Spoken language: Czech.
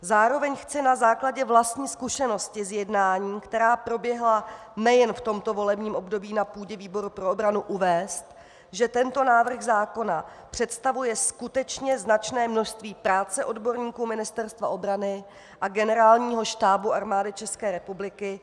Zároveň chci na základě vlastní zkušenosti z jednání, která proběhla nejen v tomto volebním období na půdě výboru pro obranu, uvést, že tento návrh zákona představuje skutečně značné množství práce odborníků Ministerstva obrany a Generálního štábu Armády České republiky.